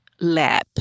lab